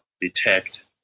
detect